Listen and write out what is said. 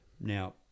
Now